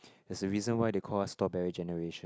is the reason why they call us strawberry generation